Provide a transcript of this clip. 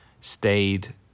stayed